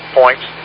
points